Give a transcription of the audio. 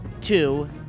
two